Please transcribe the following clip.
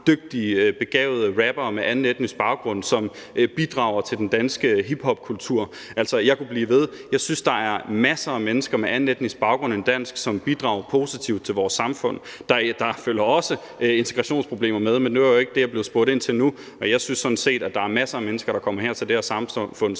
dygtige og begavede rappere med anden etnisk baggrund, som bidrager til den danske hiphopkultur, og jeg kunne blive ved. Jeg synes, der er masser af mennesker med anden etnisk baggrund end dansk, som bidrager positivt til vores samfund. Der følger også integrationsproblemer med, men det var jo ikke det, jeg blev spurgt ind til nu, og jeg synes sådan set, at der er masser af mennesker, der kommer til det her samfund, som